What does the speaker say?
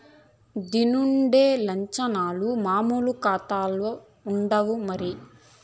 దీన్లుండే లచ్చనాలు మామూలు కాతాల్ల ఉండవు మరి